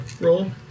roll